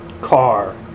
car